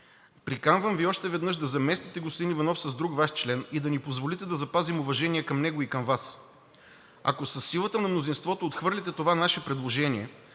Приканвам Ви още веднъж да заместите господин Иванов с друг Ваш член и да ни позволите да запазим уважение към него и към Вас. Ако със силата на мнозинството отхвърлите това наше предложение,